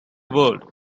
world